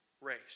Race